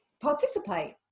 participate